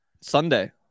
Sunday